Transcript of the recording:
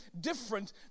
different